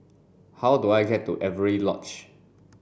how do I get to Avery Lodge